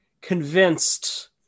convinced